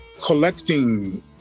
collecting